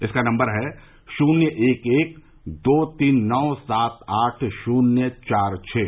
इसका नम्बर है शुन्य एक एक दो तीन नौ सात आठ शुन्य चार छः